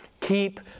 Keep